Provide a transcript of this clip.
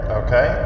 okay